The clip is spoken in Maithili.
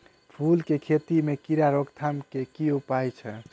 फूल केँ खेती मे कीड़ा रोकथाम केँ की उपाय छै?